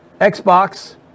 xbox